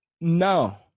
No